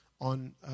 on